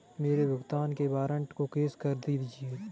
मेरे भुगतान के वारंट को कैश कर दीजिए